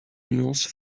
nuances